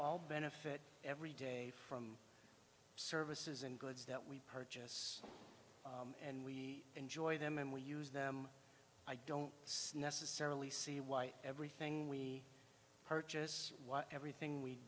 all benefit every day from services and goods that we purchase and we enjoy them and we use them i don't necessarily see why everything we purchase everything we